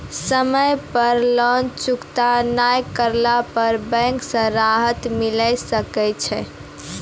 समय पर लोन चुकता नैय करला पर बैंक से राहत मिले सकय छै?